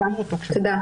תודה.